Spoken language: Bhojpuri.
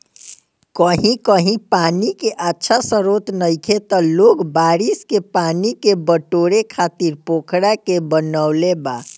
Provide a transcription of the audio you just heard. कही कही पानी के अच्छा स्त्रोत नइखे त लोग बारिश के पानी के बटोरे खातिर पोखरा के बनवले बा